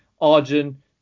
arjun